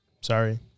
Sorry